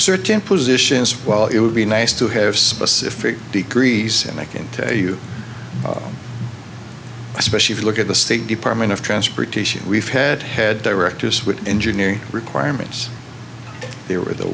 certain positions while it would be nice to have specific decrease and i can tell you especially if you look at the state department of transportation we've had had directors with engineering requirements they were the